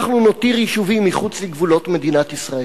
אנחנו נותיר יישובים מחוץ לגבולות מדינת ישראל.